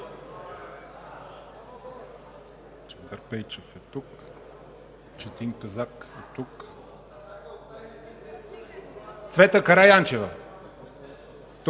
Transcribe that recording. Цвета Караянчева